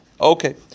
Okay